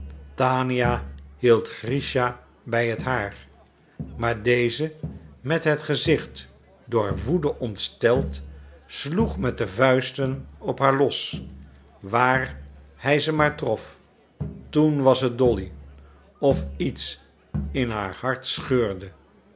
tania hield grischa bij het haar maar deze met het gezicht door woede ontsteld sloeg met de vuisten op haar los waar hij ze maar trof toen was het dolly of iets in haar hart scheurde